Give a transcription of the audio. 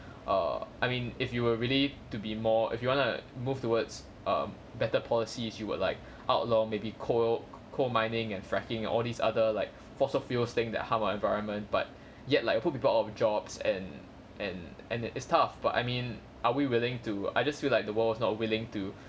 err I mean if you were really to be more if you want to move towards um better policies you would like outlaw maybe coil coal mining and fracking all these other like fossil fuels thing that harm our environment but yet like you put people out of jobs and and and it's tough but I mean are we willing to I just feel like the world was not willing to